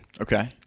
Okay